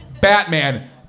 Batman